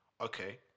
okay